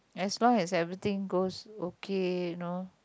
as long as everything goes okay know